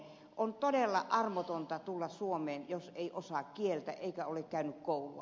on todella armotonta tulla suomeen jos ei osaa kieltä eikä ole käynyt koulua